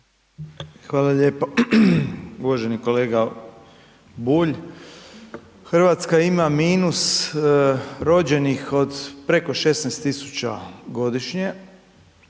Hvala lijepo. Uvaženi kolega Bulj. Hrvatska ima minus rođenih od preko 16.000 godišnje,